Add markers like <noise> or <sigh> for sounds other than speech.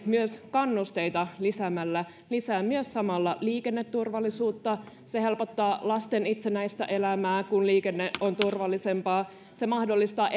myös kannusteita lisäämällä lisää samalla liikenneturvallisuutta se helpottaa lasten itsenäistä elämää kun liikenne on turvallisempaa se mahdollistaa <unintelligible>